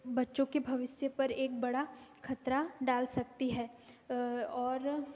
बच्चों के भविष्य पर एक बड़ा खतरा डाल सकती है और